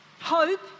Hope